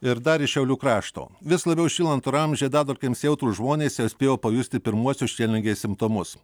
ir dar iš šiaulių krašto vis labiau šylant orams žiedadulkėms jautrūs žmonės jau spėjo pajusti pirmuosius šienligės simptomus